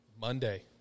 Monday